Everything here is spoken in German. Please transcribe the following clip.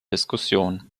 diskussion